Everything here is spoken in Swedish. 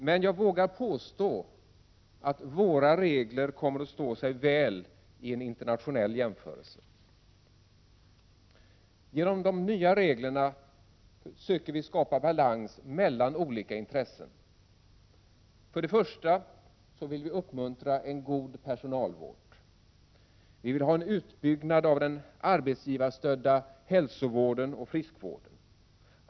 Men jag vågar påstå att våra regler kommer att stå sig väl vid en internationell jämförelse. Genom de nya reglerna söker vi skapa en balans mellan olika intressen. För det första vill vi uppmuntra en god personalvård. Vi vill ha en utbyggnad av den arbetsgivarstödda hälsovården och friskvården.